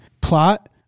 plot